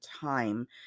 time